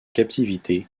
captivité